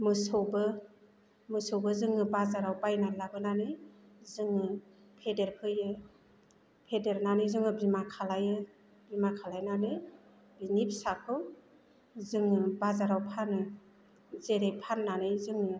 मोसौबो मोसौबो जोङो बाजाराव बायनानै लाबोनानै जोङो फेदेर फैयो फेदेरनानै जोङो बिमा खालायोमो बिमा खालायनानै बिनि फिसाखौ जोङो बाजाराव फानो जेरै फाननानै जोङो